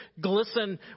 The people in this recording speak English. glisten